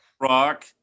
rock